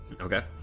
Okay